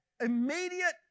immediate